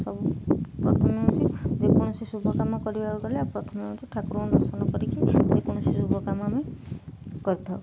ସବୁ ପ୍ରଥମେ ହେଉଛି ଯେକୌଣସି ଶୁଭ କାମ କରିବାକୁ ଗଲେ ଆଉ ପ୍ରଥମେ ହେଉଛି ଠାକୁରଙ୍କୁ ଦର୍ଶନ କରିକି ଯେକୌଣସି ଶୁଭକାମ ଆମେ କରିଥାଉ